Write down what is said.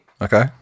Okay